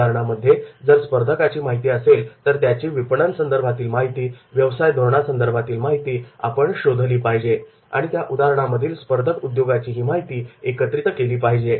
उदाहरणामध्ये जर स्पर्धकाची माहिती असेल तर त्याची विपणन संदर्भातील माहिती व्यवसाय धोरणा संदर्भातील माहिती आपण शोधली पाहिजे आणि त्या उदाहरणामधील स्पर्धक उद्योगाची ही माहिती एकत्रित केली पाहिजे